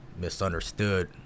misunderstood